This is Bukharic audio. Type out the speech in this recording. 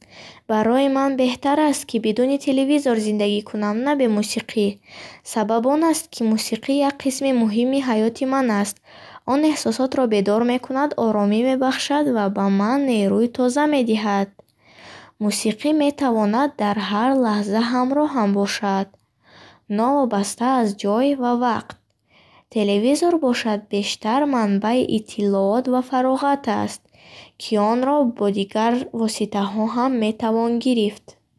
Барои ман беҳтар аст, ки бидуни телевизор зиндагӣ кунам, на бе мусиқӣ. Сабаб он аст, ки мусиқӣ як қисми муҳими ҳаёти ман аст — он эҳсосотро бедор мекунад, оромӣ мебахшад ва ба ман нерӯи тоза медиҳад. Мусиқӣ метавонад дар ҳар лаҳза ҳамроҳам бошад, новобаста аз ҷой ва вақт. Телевизор бошад бештар манбаъи иттилоот ва фароғат аст, ки онро бо дигар воситаҳо ҳам метавон гирифт.